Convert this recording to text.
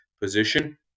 position